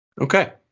Okay